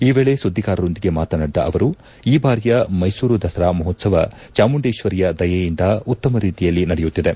ಈ ವೇಳೆ ಸುದ್ದಿಗಾರರೊಂದಿಗೆ ಮಾತನಾಡಿದ ಅವರು ಈ ಬಾರಿಯ ಮೈಸೂರು ದಸರಾ ಮಹೋತ್ಸವ ಚಾಮುಂಡೇಶ್ವರಿಯ ದಯೆಯಿಂದ ಉತ್ತಮ ರೀತಿಯಲ್ಲಿ ನಡೆಯುತ್ತಿದೆ